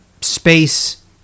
space